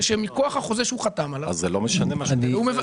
שהן מכוח החוזה שהוא חתם עליו --- אז זה לא משנה מה --- לא,